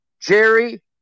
Jerry